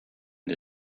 the